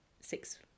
six